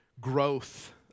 growth